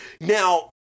Now